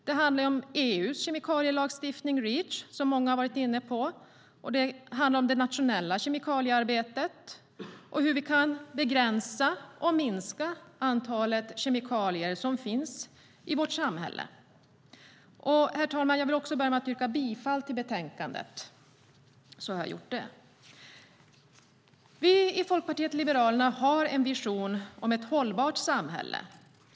Det handlar om EU:s kemikalielagstiftning Reach, som många har varit inne på, om det nationella kemikaliearbetet och om hur vi kan begränsa och minska antalet kemikalier som finns i vårt samhälle. Herr talman! Jag yrkar bifall till förslaget i betänkandet. Vi i Folkpartiet liberalerna har en vision om ett hållbart samhälle.